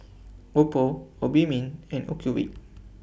Oppo Obimin and Ocuvite